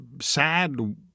sad